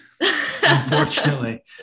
Unfortunately